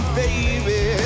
baby